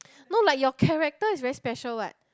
no like your character is very special what